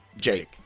jake